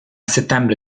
settembre